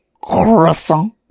Croissant